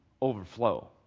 overflow